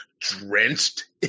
drenched